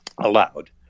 allowed